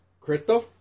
Crypto